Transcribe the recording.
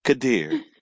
Kadir